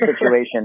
situation